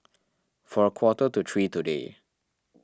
for a quarter to three today